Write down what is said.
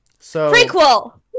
Prequel